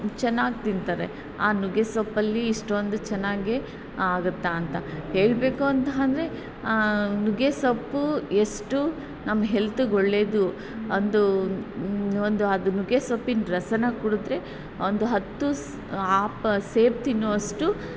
ಚೆನ್ನಾಗಿ ತಿಂತಾರೆ ಆ ನುಗ್ಗೆ ಸೊಪ್ಪಲ್ಲಿ ಇಷ್ಟೊಂದು ಚೆನ್ನಾಗೆ ಆಗುತ್ತಾ ಅಂತ ಹೇಳಬೇಕು ಅಂತ ಅಂದ್ರೆ ನುಗ್ಗೆ ಸೊಪ್ಪು ಎಷ್ಟು ನಮ್ಮ ಹೆಲ್ತಿಗೆ ಒಳ್ಳೇದು ಅಂದು ಒಂದು ಅದು ನುಗ್ಗೆ ಸೊಪ್ಪಿನ ರಸನ ಕುಡಿದ್ರೆ ಒಂದು ಹತ್ತು ಆಪ್ ಸೇಬು ತಿನ್ನೋವಷ್ಟು